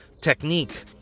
technique